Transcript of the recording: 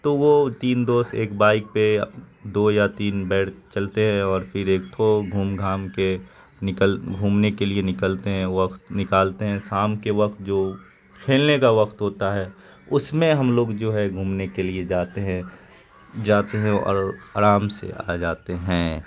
تو وہ تین دوست ایک بائیک پہ دو یا تین بیٹھ چلتے ہیں اور پھر ایک تھو گھوم گھام کے نکل گھومنے کے لیے نکلتے ہیں وقت نکالتے ہیں شام کے وقت جو کھیلنے کا وقت ہوتا ہے اس میں ہم لوگ جو ہے گھومنے کے لیے جاتے ہیں جاتے ہیں اور آرام سے آ جاتے ہیں